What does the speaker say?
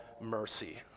mercy